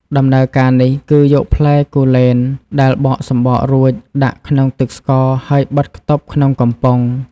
ដំណើរការនេះគឺយកផ្លែគូលែនដែលបកសំបករួចដាក់ក្នុងទឹកស្ករ ហើយបិទខ្ចប់ក្នុងកំប៉ុង។